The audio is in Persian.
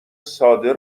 ساده